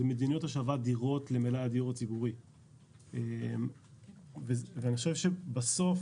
זה מדיניות השבת דירות למלאי הדיור הציבורי ואני חושב שבסוף